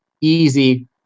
easy